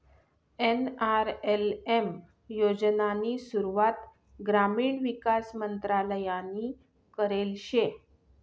NRLM योजनानी सुरुवात ग्रामीण विकास मंत्रालयनी करेल शे